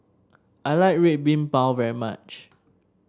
I like Red Bean Bao very much